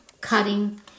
cutting